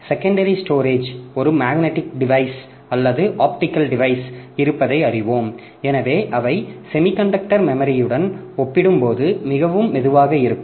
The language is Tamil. செகண்டரி ஸ்டோரேஜ் ஒரு மேக்னெட்டிக் டிவைஸ் அல்லது ஆப்டிகல் டிவைஸ் இருப்பதை அறிவோம் எனவே அவை சேமிகண்டக்டர் மெமரியுடன் ஒப்பிடும்போது மிகவும் மெதுவாக இருக்கும்